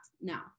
now